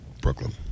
Brooklyn